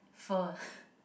fur